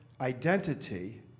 identity